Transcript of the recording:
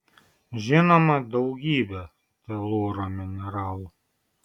žinoma daugybė telūro mineralų